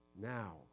Now